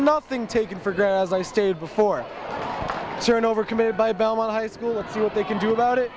nothing taken for granted as i stated before turn over committed by belmont high school so they can do about it